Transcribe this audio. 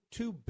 two